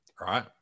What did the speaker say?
Right